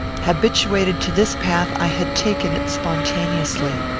habituated to this path, i had taken it spontaneously.